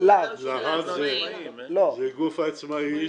זה גוף עצמאי.